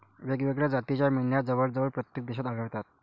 वेगवेगळ्या जातीच्या मेंढ्या जवळजवळ प्रत्येक देशात आढळतात